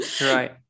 right